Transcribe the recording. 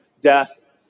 death